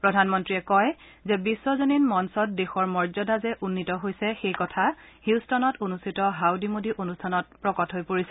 প্ৰধানমন্ত্ৰীয়ে কয় যে বিশ্বজনীন মঞ্চত দেশৰ মৰ্যাদা যে উন্নীত হৈছে সেই কথা হিউষ্টনত অনুষ্ঠিত হাউদী মোডী অনুষ্ঠানত প্ৰকট হৈ পৰিছে